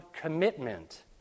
commitment